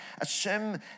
assume